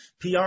PR